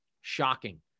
shocking